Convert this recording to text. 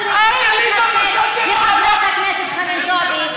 את, צריכים להתנצל לחברת הכנסת חנין זועבי.